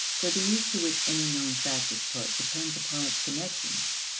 for the use to which any known fact is put depends upon its connections.